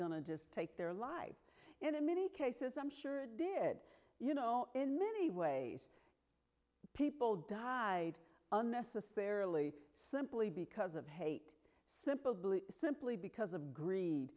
going to just take their lives and in many cases i'm sure did you know in many ways people died unnecessarily simply because of hate simple simply because of greed